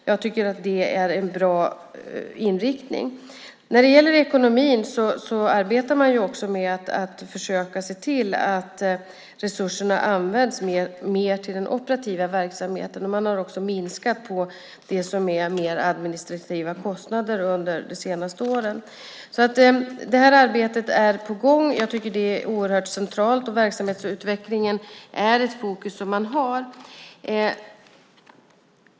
Jag tycker att det är en bra inriktning. När det gäller ekonomin arbetar man med att försöka se till att resurserna används mer till den operativa verksamheten. Man har också minskat på det som är mer administrativa kostnader under de senaste åren. Arbetet är alltså på gång. Jag tycker att det är oerhört centralt. Man har fokus på verksamhetsutvecklingen.